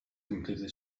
completely